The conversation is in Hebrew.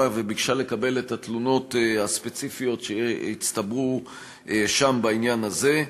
וביקשה לקבל את התלונות הספציפיות שהצטברו שם בעניין הזה.